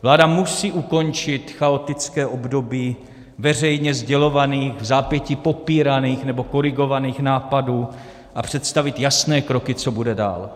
Vláda musí ukončit chaotické období veřejně sdělovaných, vzápětí popíraných nebo korigovaných nápadů a představit jasné kroky, co bude dál.